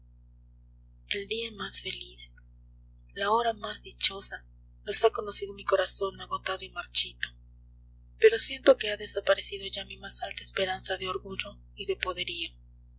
el día más feliz la hora más dichosa los ha conocido mi corazón agotado y marchito pero siento que ha desaparecido ya mi más alta esperanza de orgullo y de poderío